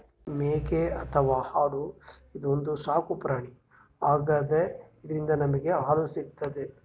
ಮೇಕೆ ಅಥವಾ ಆಡು ಇದೊಂದ್ ಸಾಕುಪ್ರಾಣಿ ಆಗ್ಯಾದ ಇದ್ರಿಂದ್ ನಮ್ಗ್ ಹಾಲ್ ಸಿಗ್ತದ್